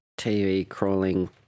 TV-crawling